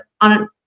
on